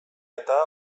eta